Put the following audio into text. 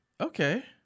okay